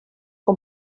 con